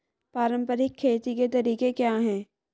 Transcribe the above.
पारंपरिक खेती के तरीके क्या हैं?